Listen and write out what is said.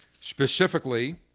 specifically